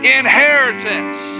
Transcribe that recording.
inheritance